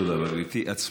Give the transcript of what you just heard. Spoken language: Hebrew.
תודה רבה, גברתי.